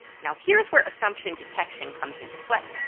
now here's where assumption detection comes into play.